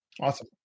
Awesome